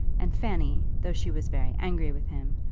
and fanny, though she was very angry with him,